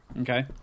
Okay